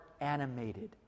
animated